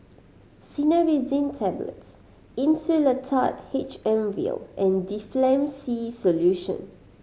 Cinnarizine Tablets Insulatard H M Vial and Difflam C Solution